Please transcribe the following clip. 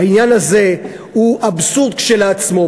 העניין הזה הוא אבסורד כשלעצמו,